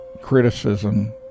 criticism